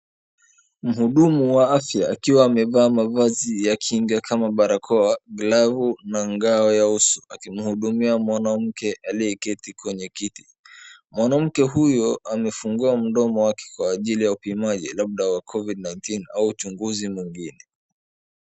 Mhudumu wa afya akiwa amevaa mavazi ya kinga kama barakoa, glavu na ngao ya uso akimhudumia mwanamke aliyeketi kwenye kiti. Mwanamke huyo amefungua mdomo wake kwa ajili ya upimaji labda wa covid-19 au uchunguzi mwingine.